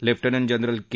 lieutenant general K